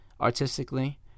artistically